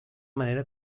manera